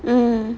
mm